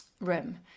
room